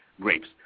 grapes